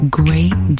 great